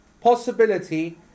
possibility